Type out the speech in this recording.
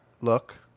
look